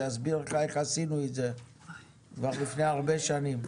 שיסביר לך איך עשינו את זה כבר לפני הרבה שנים,